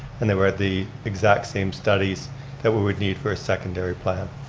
and they were the exact same studies that we would need for a secondary plan.